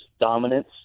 dominance